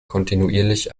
kontinuierlich